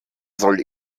soll